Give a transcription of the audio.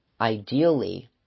ideally